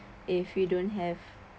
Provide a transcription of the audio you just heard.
if you don't have